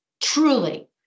Truly